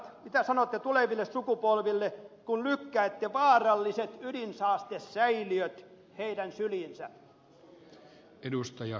mitä sanotte tuleville sukupolville kun lykkäätte vaaralliset ydinsaastesäiliöt heidän syliinsä